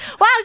Wow